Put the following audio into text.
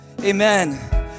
amen